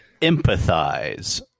Empathize